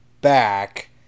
back